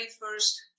first